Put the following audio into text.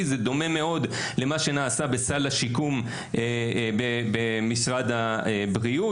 מתי בפעם האחרונה נעשה סקר בקרב ההורים,